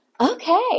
okay